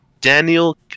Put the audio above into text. Daniel